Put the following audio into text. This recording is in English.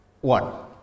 one